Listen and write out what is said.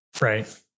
Right